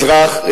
אזרח,